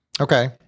Okay